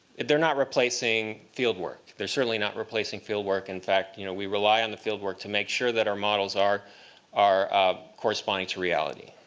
they're not replacing field work. they're certainly not replacing field work. in fact you know we rely on the field work to make sure that our models are our ah corresponding to reality.